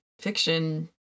fiction